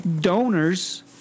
Donors